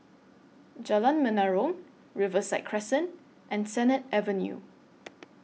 Jalan Menarong Riverside Crescent and Sennett Avenue